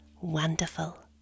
Wonderful